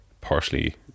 partially